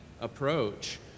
approach